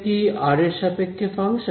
কি r এর সাপেক্ষে ফাংশন